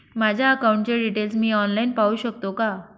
माझ्या अकाउंटचे डिटेल्स मी ऑनलाईन पाहू शकतो का?